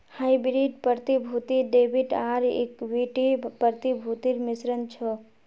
hybrid प्रतिभूति debit आर equity प्रतिभूतिर मिश्रण छ